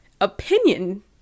opinion